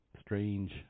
strange